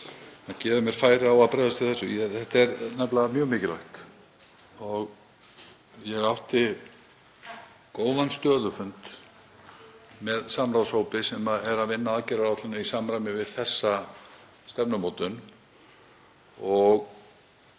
Það gefur mér færi á að bregðast við þessu. Þetta er nefnilega mjög mikilvægt. Ég átti góðan stöðufund með samráðshópi sem er að vinna að aðgerðaáætlun í samræmi við þessa stefnumótun.